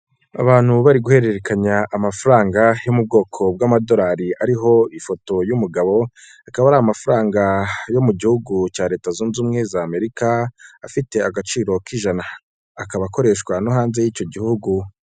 Abantu ubu bari guhererekanya amafaranga yo mu bwoko bw'amadolari ariho ifoto y'umugabo, akaba ari amafaranga yo mu gihugu cya Leta zunze Ubumwe za Amerika, afite agaciro k'ijana, akaba akoreshwa no hanze y'icyo gihugu.